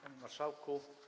Panie Marszałku!